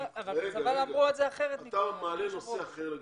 אתה מעלה נושא אחר לגמרי.